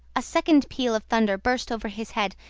a second peal of thunder burst over his head,